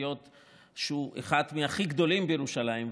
שהוא אחד מהכי גדולים בירושלים,